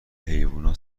حیوونا